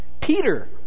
Peter